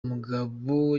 mugabo